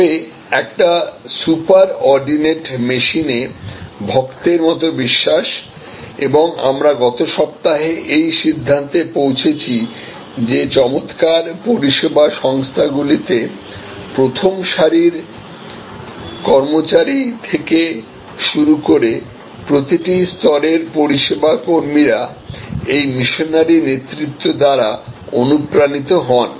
তবে একটি superordinate মেশিনে ভক্তের মত বিশ্বাস এবং আমরা গত সপ্তাহে এই সিদ্ধান্তে পৌঁছেছি যে চমৎকার পরিষেবা সংস্থাগুলিতে প্রথম সারির কর্মচারী থেকে শুরু করেপ্রতিটি স্তরের পরিষেবা কর্মীরা এই মিশনারি নেতৃত্ব দ্বারা অনুপ্রাণিত হন